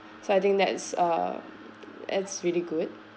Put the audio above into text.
so I think that's um that's really good